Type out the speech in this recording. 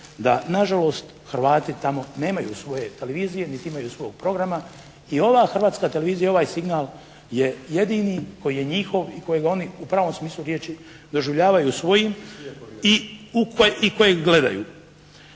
da na žalost Hrvati tamo nemaju svoje televizije niti imaju svog programa i ova Hrvatska televizija i ovaj signal je jedini koji je njihov i kojega oni u pravome smislu riječi doživljavaju svojim i kojeg gledaju.